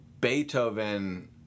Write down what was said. Beethoven